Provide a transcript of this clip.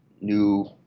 new